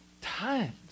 times